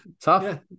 Tough